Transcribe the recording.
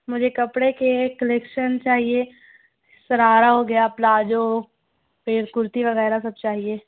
مجھے کپڑے کے کلیکشن چاہیے شرارہ ہو گیا پلازو پھر کرتی وغیرہ سب چاہیے